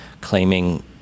claiming